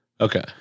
Okay